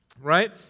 Right